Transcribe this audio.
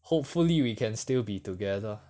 hopefully we can still be together